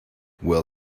were